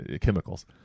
Chemicals